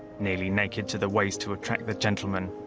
nearly naked to the waist to attract the gentlemen,